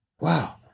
wow